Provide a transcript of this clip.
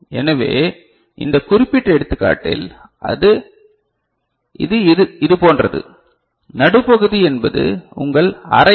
எனவே இந்த குறிப்பிட்ட எடுத்துக்காட்டில் இது இது போன்றது நடுப்பகுதி என்பது உங்கள் அரை எல்